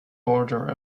border